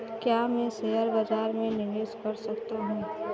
क्या मैं शेयर बाज़ार में निवेश कर सकता हूँ?